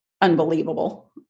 unbelievable